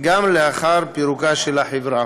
גם לאחר פירוקה של החברה,